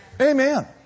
Amen